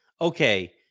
okay